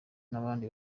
nabandi